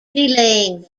delaying